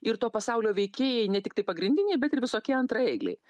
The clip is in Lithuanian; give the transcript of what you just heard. ir to pasaulio veikėjai ne tiktai pagrindiniai bet ir visokie antraeiliai